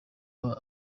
aho